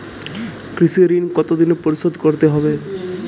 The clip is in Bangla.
কৃষি ঋণ কতোদিনে পরিশোধ করতে হবে?